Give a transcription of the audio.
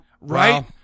right